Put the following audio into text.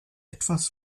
etwas